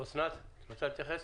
אסנת, רוצה להתייחס?